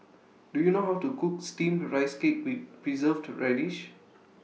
Do YOU know How to Cook Steamed Rice Cake with Preserved Radish